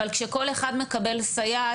אבל כשכל אחד מקבל סייעת,